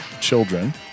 children